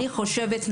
אני חושבת,